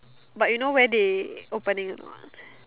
but you know where they opening or not